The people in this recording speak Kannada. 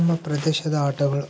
ನಮ್ಮ ಪ್ರದೇಶದ ಆಟಗಳು